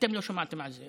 אתם לא שמעתם על זה.